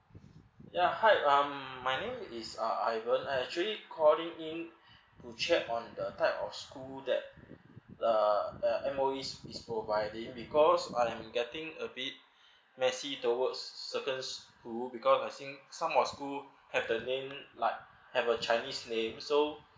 ya hi um my name is uh ivan I actually calling in to check on the type of school that uh um M_O_E is providing because I'm getting a bit messy towards certain school because I think some of school have the name like have a chinese name so